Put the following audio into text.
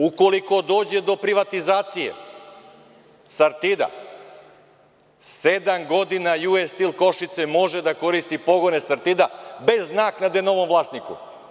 Ukoliko dođe do privatizacije „Sartida“ sedam godina U.S. Steel Košice može da koristi pogone „Sartida“ bez naknade novom vlasniku.